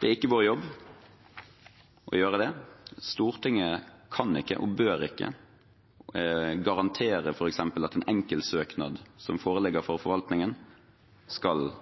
Det er ikke vår jobb å gjøre det. Stortinget kan ikke og bør ikke garantere f.eks. at en enkeltsøknad som foreligger i forvaltningen, skal